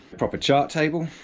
proper chart table